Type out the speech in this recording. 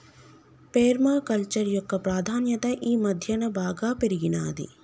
పేర్మ culture యొక్క ప్రాధాన్యత ఈ మధ్యన బాగా పెరిగినాది